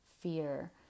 fear